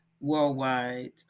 worldwide